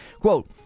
Quote